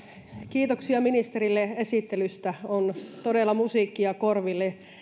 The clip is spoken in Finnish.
kiitoksia ministerille esittelystä on todella musiikkia korville